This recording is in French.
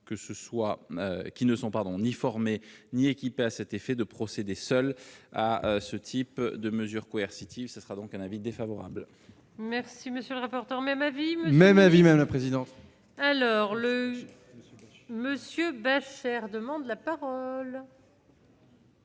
qui ne sont pardon ni formés, ni équipés à cet effet de procéder seul à ce type de mesures coercitives, ce sera donc un avis défavorable. Merci, monsieur le rapporteur, mais ma vie même avis mais la présidence à l'heure, le monsieur boeuf cher demande la parole.